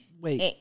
wait